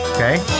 Okay